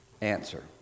answer